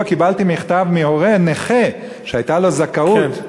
קיבלתי מכתב מהורה נכה שהייתה לו זכאות,